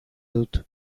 dut